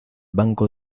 banco